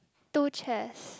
two chest